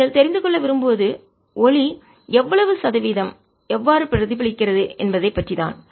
நீங்கள் தெரிந்து கொள்ள விரும்புவது ஒளி எவ்வளவு சதவீதம் எவ்வாறு பிரதிபலிக்கிறது என்பது பற்றிதான்